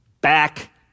back